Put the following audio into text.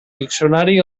diccionari